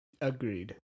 Agreed